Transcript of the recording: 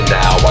now